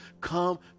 come